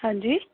ਹਾਂਜੀ